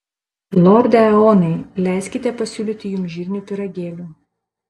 lorde eonai leiskite pasiūlyti jums žirnių pyragėlių